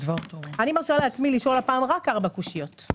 אני מרשה לעצמי לשאול הפעם רק ארבע קושיות.